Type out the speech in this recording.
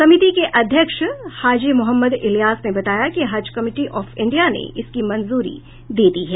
समिति के अध्यक्ष हाजी मोहम्मद इलीयास ने बताया कि हज कमिटी ऑफ इंडिया ने इसकी मंजूरी दे दी है